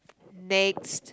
next